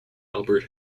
albert